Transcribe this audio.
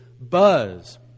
buzz